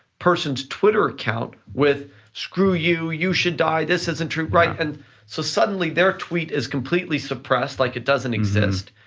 person's twitter account with screw you, you should die, this isn't true, right? and so suddenly, their tweet is completely suppressed, like it doesn't exist,